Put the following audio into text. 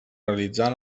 realitzar